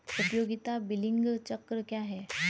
उपयोगिता बिलिंग चक्र क्या है?